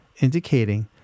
indicating